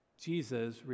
Jesus